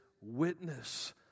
witness